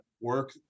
work